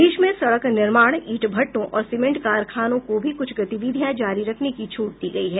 देश में सडक निर्माण ईंट भट्टों और सीमेंट कारखानों को भी कुछ गतिविधियां जारी रखने की छूट दी गई हैं